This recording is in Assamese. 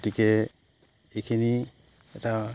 গতিকে এইখিনি এটা